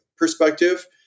perspective